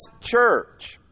church